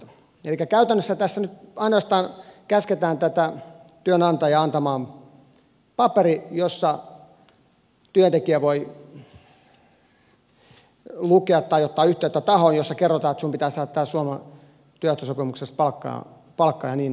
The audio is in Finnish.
elikkä käytännössä tässä nyt ainoastaan käsketään tätä työnantajaa antamaan paperi jolloin työntekijä voi ottaa yhteyttä tahoon joka kertoo että tämän pitää saada suomalaisen työehtosopimuksen mukaista palkkaa ja niin edelleen